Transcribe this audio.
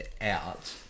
out